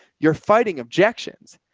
you're fighting objections,